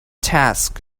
task